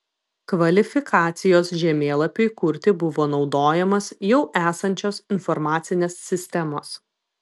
kvalifikacijos žemėlapiui kurti buvo naudojamos jau esančios informacinės sistemos